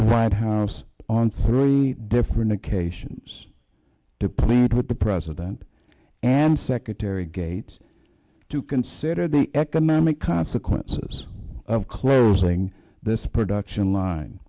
the white house on three different occasions to plead with the president and secretary gates to consider the economic consequences of closing this production line